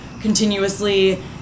continuously